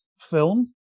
film